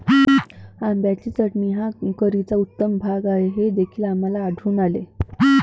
आंब्याची चटणी हा करीचा उत्तम भाग आहे हे देखील आम्हाला आढळून आले